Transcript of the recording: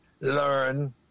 learn